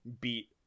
beat